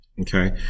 Okay